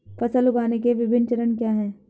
फसल उगाने के विभिन्न चरण क्या हैं?